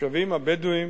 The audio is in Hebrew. התושבים הבדואים